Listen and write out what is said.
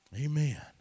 amen